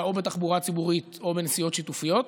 בתחבורה ציבורית או בנסיעות שיתופיות.